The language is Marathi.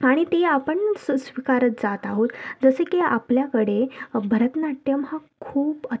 आणि ती आपण स स्वीकारत जात आहोत जसं की आपल्याकडे भरतनाट्यम हा खूप